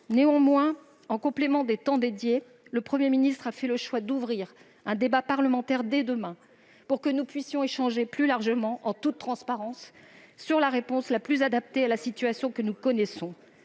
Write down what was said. néanmoins, en complément des temps dédiés, le Premier ministre a fait le choix d'ouvrir un débat parlementaire dès demain pour que nous puissions échanger plus largement, en toute transparence, sur la réponse la plus adaptée à la situation que nous connaissons.